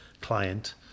client